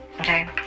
okay